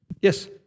Yes